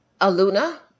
Aluna